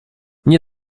nie